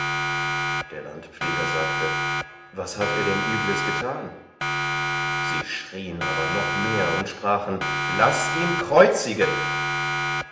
der landpfleger sagte was hat er denn übles getan sie schrieen aber noch mehr und sprachen laß ihn kreuzigen